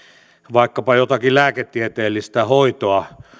vaikkapa jotakin lääketieteellistä hoitoa